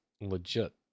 legit